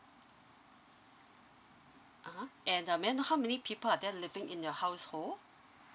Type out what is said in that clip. (uh huh) and uh may I know how many people are there living in your household